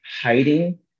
hiding